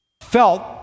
felt